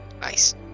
Nice